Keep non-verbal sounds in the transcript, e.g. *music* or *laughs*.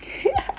*laughs*